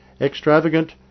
extravagant